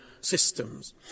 systems